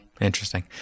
Interesting